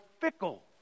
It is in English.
fickle